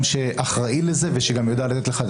לי, השתגענו?